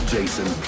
Jason